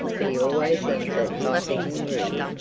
but he always ends it by getting rude.